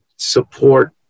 support